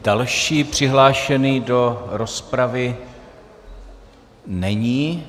Další přihlášený do rozpravy není.